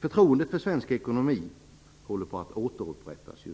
Förtroendet för svensk ekonomi håller på att återupprättas.